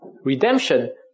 redemption